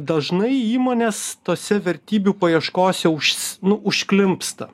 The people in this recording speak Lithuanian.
dažnai įmonės tose vertybių paieškose užs nu užklimpsta